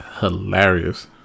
hilarious